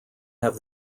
have